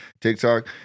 tiktok